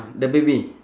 the baby